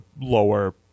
lower